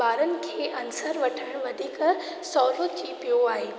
ॿारनि खे आंसर वठणु वधीक सवलो थी पियो आहे